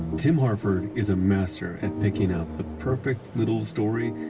tim hartford is a master at picking out the perfect little story,